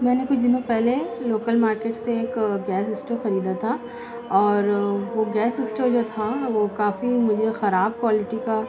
میں نے کچھ دنوں پہلے لوکل مارکیٹ سے ایک گیس اسٹو خریدا تھا اور وہ گیس اسٹو جو تھا وہ کافی مجھے خراب کوالٹی کا